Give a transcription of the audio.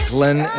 Glenn